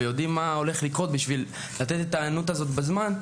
ויודעים מה הולך לקרות בשביל לתת את ההיענות הזאת בזמן,